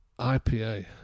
IPA